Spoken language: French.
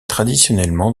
traditionnellement